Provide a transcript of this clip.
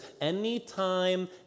anytime